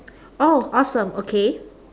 oh awesome okay